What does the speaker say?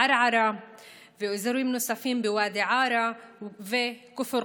ערערה ואזורים נוספים בוואדי עארה וכפר קרע.